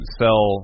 sell